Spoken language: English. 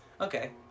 Okay